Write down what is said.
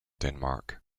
denmark